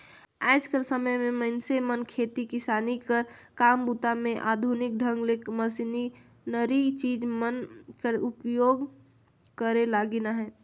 आएज कर समे मे मइनसे मन खेती किसानी कर काम बूता मे आधुनिक ढंग ले मसीनरी चीज मन कर उपियोग करे लगिन अहे